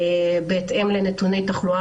בהתאם לנתוני התחלואה.